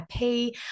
IP